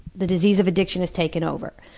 the disease of addiction is taking over.